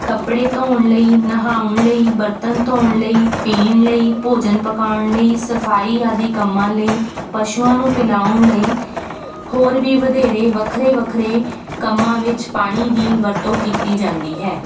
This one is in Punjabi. ਕੱਪੜੇ ਧੋਣ ਲਈ ਨਹਾਉਣ ਲਈ ਬਰਤਨ ਧੋਣ ਲਈ ਪੀਣ ਲਈ ਭੋਜਨ ਪਕਾਉਣ ਲਈ ਸਫਾਈ ਆਦਿ ਕੰਮਾਂ ਲਈ ਪਸ਼ੂਆਂ ਨੂੰ ਪਿਲਾਉਣ ਲਈ ਹੋਰ ਵੀ ਵਧੇਰੇ ਵੱਖਰੇ ਵੱਖਰੇ ਕੰਮਾਂ ਵਿੱਚ ਪਾਣੀ ਦੀ ਵਰਤੋਂ ਕੀਤੀ ਜਾਂਦੀ ਹੈ